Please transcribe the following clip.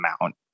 amount